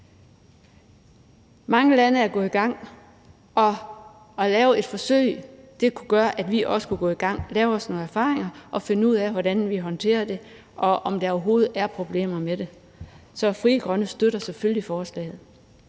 Mange lande er gået i gang med at lave et forsøg. Det kunne gøre, at vi også kunne gå i gang, gøre os nogle erfaringer og finde ud af, hvordan vi håndterer det, og om der overhovedet er problemer med det. Så Frie Grønne støtter selvfølgelig forslaget.